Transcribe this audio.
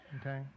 Okay